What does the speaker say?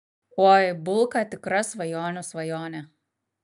oi bulka tikra svajonių svajonė